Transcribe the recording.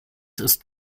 ist